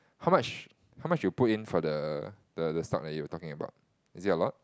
how much how much you put in for the the the stock that you were talking about is it a lot